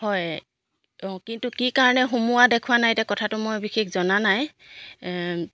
হয় অঁ কিন্তু কি কাৰণে সোমোৱা দেখুৱা নাই এতিয়া কথাটো মই বিশেষ জনা নাই